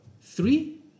Three